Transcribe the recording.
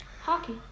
hockey